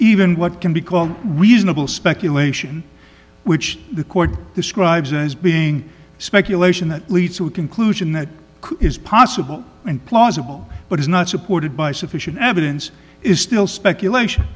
even what can be called reasonable speculation which the court describes as being speculation that leads to a conclusion that is possible and plausible but is not supported by sufficient evidence is still speculation